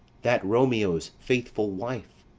that romeo's faithful wife.